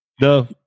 No